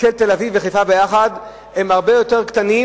של תל-אביב וחיפה יחד הם הרבה יותר קטנים